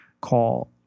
call